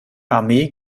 armee